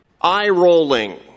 Eye-rolling